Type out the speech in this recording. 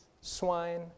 swine